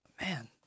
Man